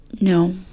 No